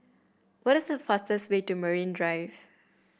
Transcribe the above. what is the fastest way to Marine Drive